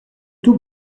tout